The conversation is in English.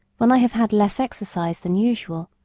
when i have had less exercise than usual,